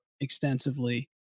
extensively